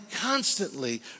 constantly